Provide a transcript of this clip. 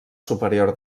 superior